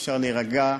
אפשר להירגע,